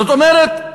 זאת אומרת,